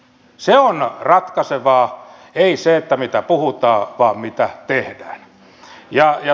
se on ratkaisevaa ei se mitä puhutaan vaan se mitä tehdään